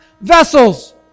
vessels